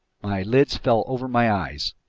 my lids fell over my eyes.